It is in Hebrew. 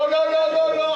לא, לא, לא.